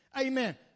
Amen